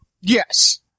Yes